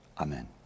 Amen